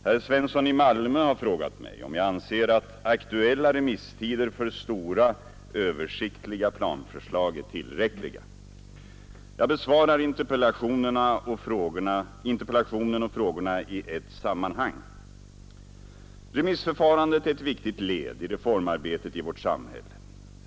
Herr Svensson i Malmö har frågat mig om jag anser att aktuella remisstider för stora översiktliga planförslag är tillräckliga. Jag besvarar interpellationen och frågorna i ett sammanhang. Remissförfarandet är ett viktigt led i reformarbetet i vårt samhälle.